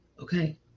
Okay